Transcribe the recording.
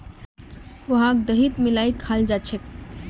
पोहाक दहीत मिलइ खाल जा छेक